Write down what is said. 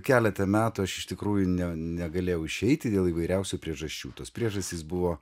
keletą metų aš iš tikrųjų ne negalėjau išeiti dėl įvairiausių priežasčių tos priežastys buvo